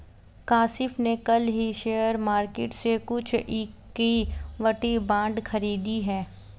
काशिफ़ ने कल ही शेयर मार्केट से कुछ इक्विटी बांड खरीदे है